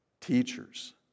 teachers